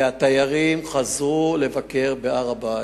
והתיירים חזרו לבקר בהר-הבית.